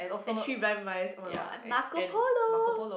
and three blind mice oh-my-god and Marco Polo